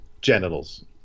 genitals